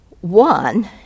One